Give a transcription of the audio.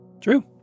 True